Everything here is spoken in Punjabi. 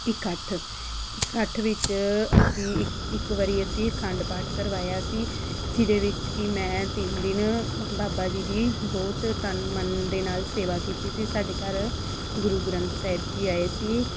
ਇਕੱਠ ਇਕੱਠ ਵਿੱਚ ਅਸੀਂ ਇੱਕ ਇੱਕ ਵਾਰੀ ਅਸੀਂ ਅਖੰਡ ਪਾਠ ਕਰਵਾਇਆ ਸੀ ਜਿਹਦੇ ਵਿੱਚ ਕਿ ਮੈਂ ਤਿੰਨ ਦਿਨ ਬਾਬਾ ਜੀ ਦੀ ਬਹੁਤ ਤਨ ਮਨ ਦੇ ਨਾਲ ਸੇਵਾ ਕੀਤੀ ਸੀ ਸਾਡੇ ਘਰ ਗੁਰੂ ਗ੍ਰੰਥ ਸਾਹਿਬ ਜੀ ਆਏ ਸੀ